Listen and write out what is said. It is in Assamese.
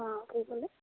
অঁ কি ক'লে